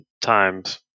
times